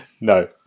No